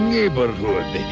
Neighborhood